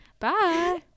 bye